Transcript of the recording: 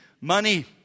Money